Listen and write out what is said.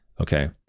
Okay